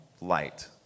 light